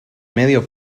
medio